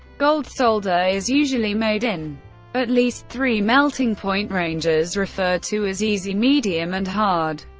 gold solder is usually made in at least three melting-point ranges referred to as easy, medium and hard.